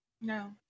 no